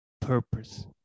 purpose